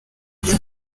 ibyo